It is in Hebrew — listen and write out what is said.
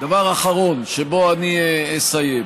דבר אחרון שבו אני אסיים: